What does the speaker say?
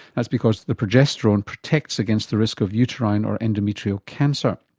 that's because the progesterone protects against the risk of uterine or endometrial cancer.